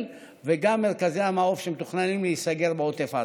וגם את מרכזי המעוף שמתוכננים להיסגר בעוטף עזה.